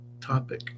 topic